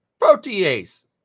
protease